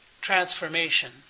transformation